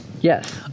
Yes